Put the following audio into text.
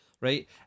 right